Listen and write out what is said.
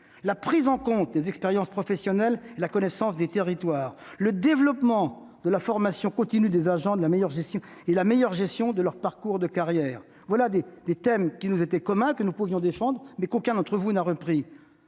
la prise en compte des expériences professionnelles et de la connaissance des territoires ; enfin, le développement de la formation continue des agents et la meilleure gestion de leurs parcours de carrière. Voilà des thèmes qui nous étaient communs, que nous pouvions défendre, mais qu'aucun d'entre vous n'a repris.